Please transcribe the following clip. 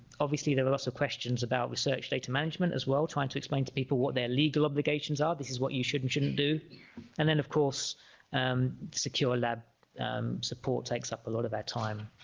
obviously there are lots of questions about research data management as well trying to explain to people what their legal obligations are this is what you shouldn't shouldn't do and then of course secure lab support takes up a lot of their time